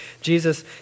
Jesus